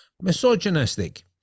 misogynistic